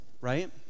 Right